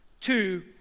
Two